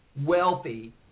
wealthy